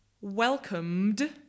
Welcomed